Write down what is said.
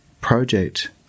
project